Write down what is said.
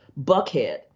Buckhead